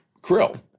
krill